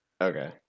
Okay